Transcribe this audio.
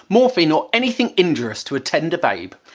morphine or anything injurious to a tender babe.